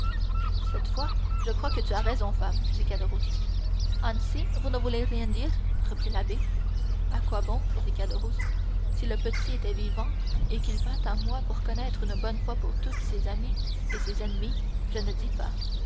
cette fois je crois que tu as raison femme dit caderousse ainsi vous ne voulez rien dire reprit l'abbé à quoi bon dit caderousse si le petit était vivant et qu'il vînt à moi pour connaître une bonne fois pour toutes ses amis et ses ennemis je ne dis pas